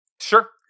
Sure